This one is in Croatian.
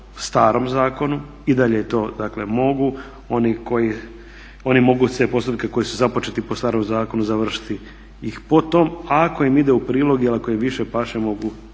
starom zakonu i dalje to mogu, oni mogu se posebice oni koji su započeti po starom zakonu završiti ih po tom, a ako im ide u prilog ili ako im više paše mogu